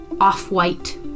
off-white